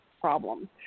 problems